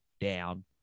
down